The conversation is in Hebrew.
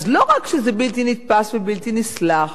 אז לא רק שזה בלתי נתפס ובלתי נסלח,